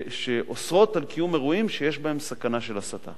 שאוסרות קיום אירועים שיש בהם סכנה של הסתה.